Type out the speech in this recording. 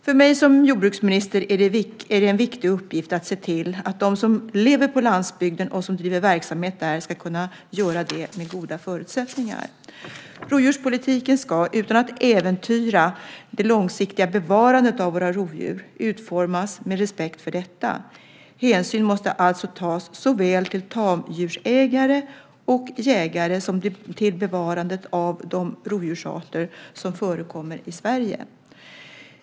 För mig som jordbruksminister är det en viktig uppgift att se till att de som lever på landsbygden och som driver verksamhet där ska kunna göra detta med goda förutsättningar. Rovdjurspolitiken ska, utan att äventyra det långsiktiga bevarandet av våra rovdjur, utformas med respekt för detta. Hänsyn måste alltså tas såväl till tamdjursägare och jägare som till bevarandet av de rovdjursarter som förekommer i Sverige.